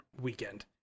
weekend